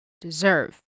deserve